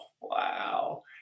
Wow